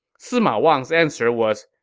sima wang's answer was,